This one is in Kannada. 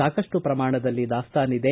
ಸಾಕಷ್ಟು ಪ್ರಮಾಣದಲ್ಲಿ ದಾಸ್ತಾನಿದೆ